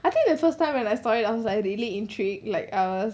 I think the first time when I saw it I was like really intrigued like ours